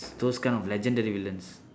those kind of legendary villains